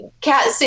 cat